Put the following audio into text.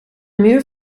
muur